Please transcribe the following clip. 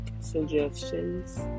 suggestions